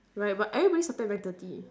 right but everybody started at nine thirty